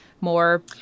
more